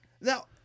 Now